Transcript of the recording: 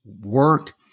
work